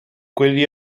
quegli